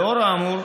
לאור האמור,